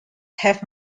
have